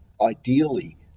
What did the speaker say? ideally